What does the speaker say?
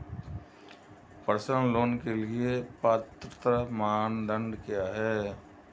Personal loan के लिए पात्रता मानदंड क्या हैं?